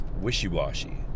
wishy-washy